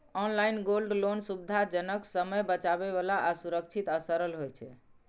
online gold loan सुविधाजनक, समय बचाबै बला आ सुरक्षित आ सरल होइ छै